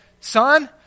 son